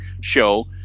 show